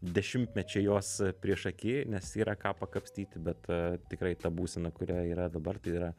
dešimtmečiai jos priešaky nes yra ką pakapstyti bet tikrai ta būsena kuri yra dabar tai yra